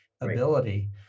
ability